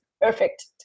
perfect